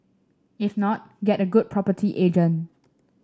if not get a good property agent